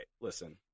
Listen